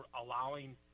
allowing